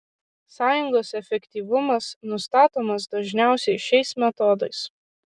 sąjungos efektyvumas nustatomas dažniausiai šiais metodais